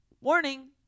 warning